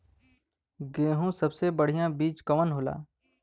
गेहूँक सबसे बढ़िया बिज कवन होला?